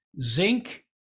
zinc